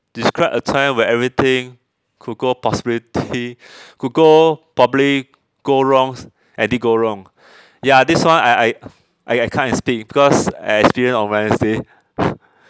describe a time where everything could go possibility could go probably go wrongs and did go wrong ya this one I I I kind of speak because I experience on wednesday